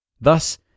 Thus